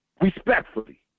Respectfully